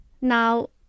now